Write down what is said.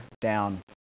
down